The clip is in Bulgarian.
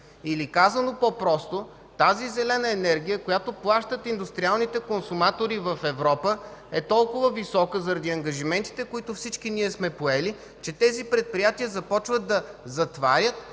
Казано по-просто, зелената енергия, която плащат индустриалните консуматори в Европа, е толкова висока заради ангажиментите, които всички сме поели, че тези предприятия започват да затварят